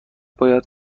باید